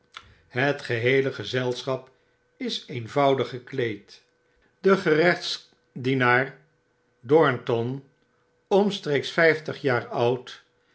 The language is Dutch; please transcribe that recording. het geheele gezelschap is eenvoudig gekleed de gerechtsdienaar dornton omstreeks vyftig jaar oud